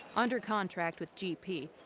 under contract with gp,